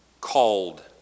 called